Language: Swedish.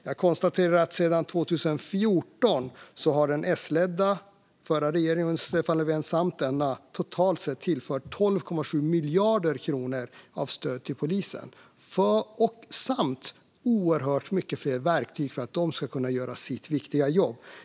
Jag konstaterar att sedan 2014 har den förra S-ledda regeringen under Stefan Löfven samt denna regering totalt tillfört 12,7 miljarder kronor i stöd till polisen samt gett dem oerhört mycket fler verktyg för att de ska kunna göra sitt viktiga jobb.